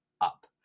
up